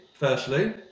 Firstly